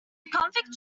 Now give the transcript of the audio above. convict